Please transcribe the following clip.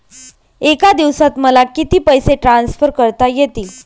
एका दिवसात मला किती पैसे ट्रान्सफर करता येतील?